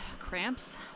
Cramps